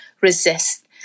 resist